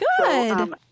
Good